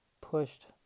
pushed